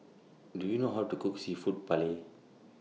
Do YOU know How to Cook Seafood Paella